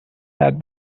that